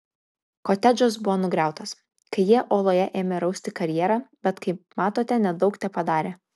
kotedžas buvo nugriautas kai jie uoloje ėmė rausti karjerą bet kaip matote nedaug tepadarė